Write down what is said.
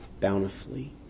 bountifully